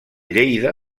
lleida